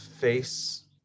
face